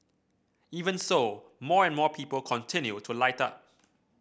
even so more and more people continue to light up